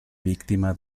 víctima